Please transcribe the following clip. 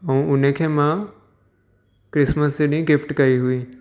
ऐं उनखे मां क्रिसमस जे ॾींहुं गिफ़्ट कई हुई